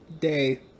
Day